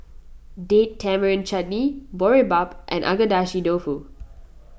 Date Tamarind Chutney Boribap and Agedashi Dofu